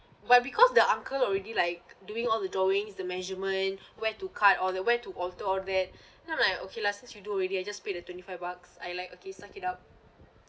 why because the uncle already like doing all the drawings the measurement where to cut or the where to alter all that then I'm like okay lah since you do already I just pay the twenty five bucks I like okay suck it up